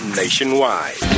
nationwide